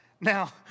Now